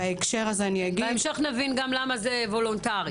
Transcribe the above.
בהקשר הזה אני אגיד -- בהמשך נבין גם למה זה וולונטרי.